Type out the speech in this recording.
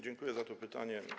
Dziękuję za to pytanie.